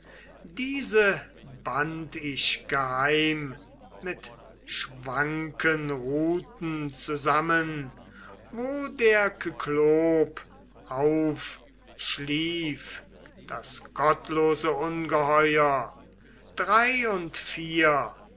diese band ich geheim mit schwanken ruten zusammen wo der kyklop auf schlief das gottlose ungeheuer drei und drei